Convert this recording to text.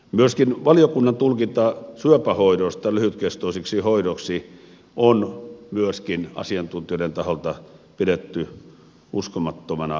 myöskin valiokunnan tulkintaa syöpähoidoista lyhytkestoisina hoitoina on asiantuntijoiden taholta pidetty uskomattomana linjauksena